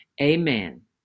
amen